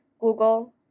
Google